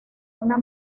una